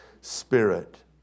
spirit